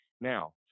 Now